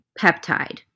peptide